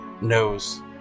knows